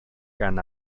gan